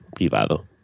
privado